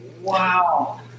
wow